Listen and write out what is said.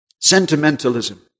sentimentalism